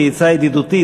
כעצה ידידותית,